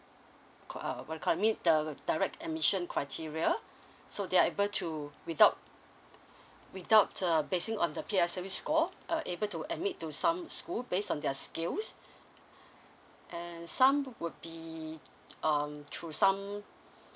uh what they call I mean the direct admission criteria so they are able to without without uh basing on the P_S_L_E score uh able to admit to some school based on their skills and some would be um through some